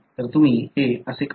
तर तुम्ही हे असे करता